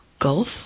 Gulf